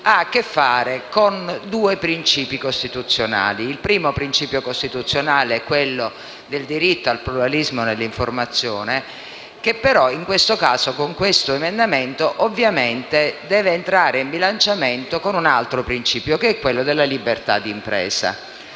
ha a che fare con due principi costituzionali. Il primo principio costituzionale è quello del diritto al pluralismo nell'informazione, che però in questo caso, con questo emendamento, ovviamente deve entrare in bilanciamento con un altro principio, quello della libertà d'impresa.